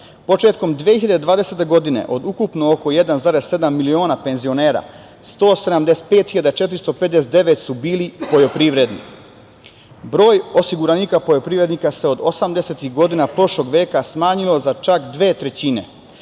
Početkom 2020. godine od ukupno 1,7 miliona penzionera 175 hiljada 459 su bili poljoprivredni. Broj osiguranika poljoprivrednika se od 80-ih godina prošlog veka smanjio za čak dve trećine.